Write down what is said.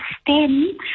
stem